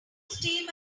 steam